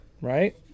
Right